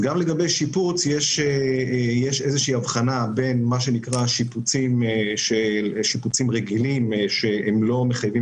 יש איזו שהיא הבחנה בין מה שנקרא שיפוצים רגילים שלא מחייבים